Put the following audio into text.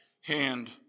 hand